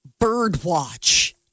Birdwatch